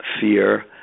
fear